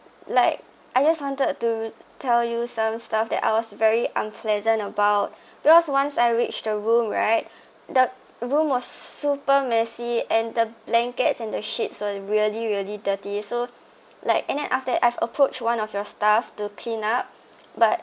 like I just wanted to tell you some stuff that I was very unpleasant about because once I reached the room right the room was super messy and the blankets and the sheets were really really dirty so like and then after that I've approach one of your staff to clean up but